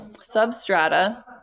substrata